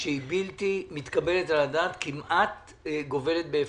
בלתי מתקבלת על הדעת, כמעט גובלת בהפקרות.